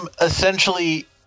essentially